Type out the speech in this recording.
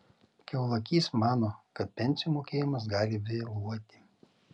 kiaulakys mano kad pensijų mokėjimas gali vėluoti